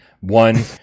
One